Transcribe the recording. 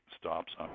stops